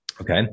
Okay